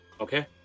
Okay